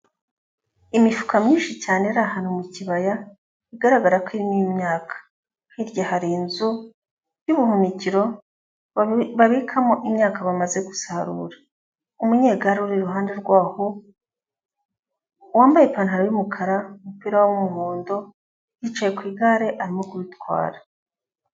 Imifuka myinshi cyane iri ahantu mu kibaya igaragara ko irimo imyaka, hirya hari inzu y'ubuhunikiro babikamo imyaka bamaze gusarura, umunyegare uri iruhande rwaho wambaye ipantaro y'umukara, umupira w'umuhondo, yicaye ku igare arimo kuritwara.